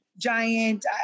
giant